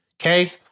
Okay